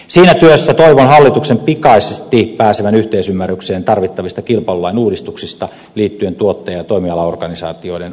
siinä työssä toivon hallituksen pikaisesti pääsevän yhteisymmärrykseen tarvittavista kilpailulain uudistuksista liittyen tuottaja ja toimialaorganisaatioiden aseman vahvistamiseen